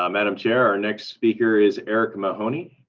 um madam chair, our next speaker is eric mahoney.